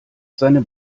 seine